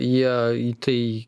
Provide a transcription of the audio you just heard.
jie į tai